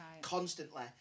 constantly